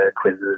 quizzes